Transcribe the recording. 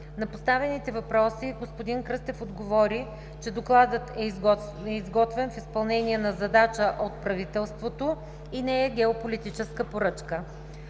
На поставените въпроси господин Кръстев отговори, че докладът е изготвен в изпълнение на задача от правителството и не е геополитическа поръчка.